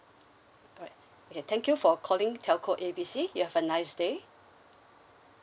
alright okay thank you for calling telco A B C you have a nice day